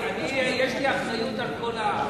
אני, יש לי אחריות לכל העם.